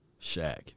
Shaq